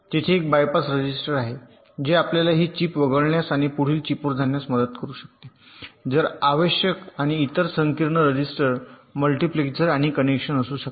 तेथे एक bypass register आहे जे आपल्याला ही चिप वगळण्यास आणि पुढील चिपवर जाण्यास मदत करू शकते जर आवश्यक आणि इतर संकीर्ण रजिस्टर मल्टिप्लेक्सर्स आणि कनेक्शन असू शकतात